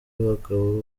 abagabo